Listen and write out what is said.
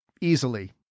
Easily